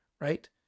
right